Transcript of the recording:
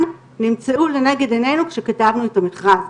נמצאו לנגד עינינו כשכתבנו את המכרז.